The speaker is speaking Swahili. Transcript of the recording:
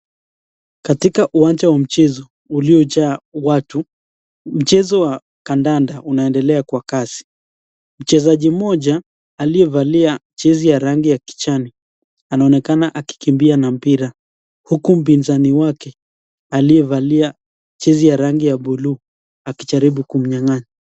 Katika uwanja wa mchezo uliojaa watu, mchezo wa kandanda unaendelea kwa kasi. Mchezaji mmoja aliyevalia jezi ya rangi ya kijani anaonekana akikimbia na mpira huku mpinzani wake aliyevalia jezi ya rangi ya buluu akijaribu kumnyang'anya.